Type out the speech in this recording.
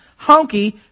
honky